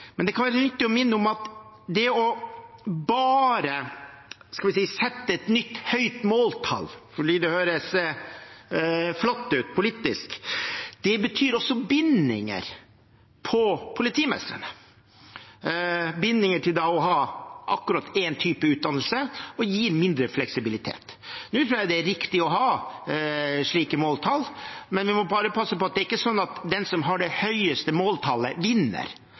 Men det kan være nyttig å minne om at bare å sette et nytt, høyt måltall fordi det høres flott ut politisk, betyr også bindinger for politimestrene til å ha en type utdannelse og gir mindre fleksibilitet. Jeg tror det er riktig å ha slike måltall. Vi må bare passe på at det ikke er den som har det høyeste måltallet, som vinner.